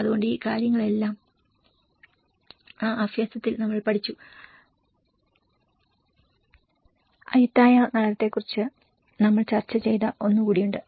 അതുകൊണ്ട് ഈ കാര്യങ്ങളെല്ലാം ആ അഭ്യാസത്തിൽ നമ്മൾ പഠിച്ചു അയുത്തായ നഗരത്തെക്കുറിച്ച് നമ്മൾ ചർച്ച ചെയ്ത ഒന്ന് കൂടിയുണ്ട്